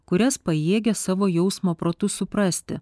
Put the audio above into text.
kurias pajėgia savo jausmo protu suprasti